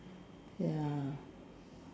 ya